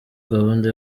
gahunda